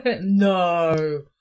No